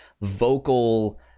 vocal